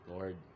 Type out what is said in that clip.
Lord